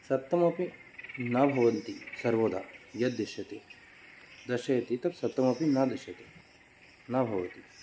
सत्यमपि न भवन्ति सर्वदा यद् दृश्यते दर्शयति तत्सत्यमपि न दृश्यते न भवति